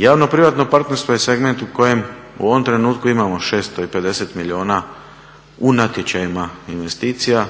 Javno privatno partnerstvo je segment u kojem u ovom trenutku imamo 650 milijuna u natječajima investicija,